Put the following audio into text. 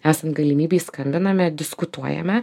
esant galimybei skambiname diskutuojame